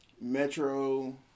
Metro